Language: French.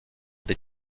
des